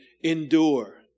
endure